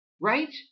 Right